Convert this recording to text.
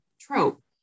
trope